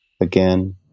again